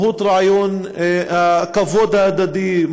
מהות רעיון הכבוד ההדדי,